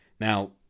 now